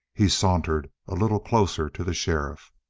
he sauntered a little closer to the sheriff.